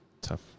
Tough